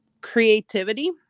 creativity